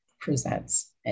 presents